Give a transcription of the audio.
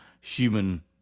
human